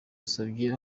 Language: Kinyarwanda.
usabye